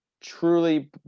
truly